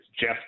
Jeff